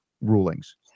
rulings